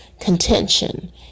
Contention